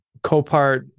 Copart